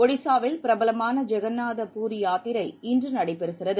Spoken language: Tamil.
ஒடிசாவில் பிரபலமான ஜெகந்நாத பூரி யாத்திரை இன்று நடைபெறுகிறது